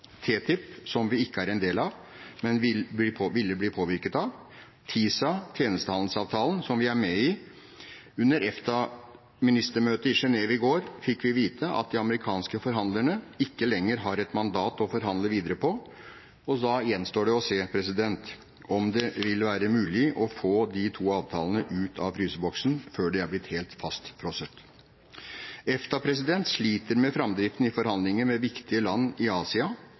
TTIP, som vi ikke er en del av, men ville bli påvirket av, og TiSA, tjenestehandelsavtalen, som vi er med i. Under EFTA-ministermøtet i Genève i går fikk vi vite at de amerikanske forhandlerne ikke lenger har et mandat å forhandle videre på, og da gjenstår det å se om det vil være mulig å få de to avtalene ut av fryseboksen før de er blitt helt fastfrosne. EFTA sliter med framdriften i forhandlinger med viktige land i Asia,